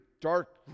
dark